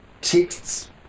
texts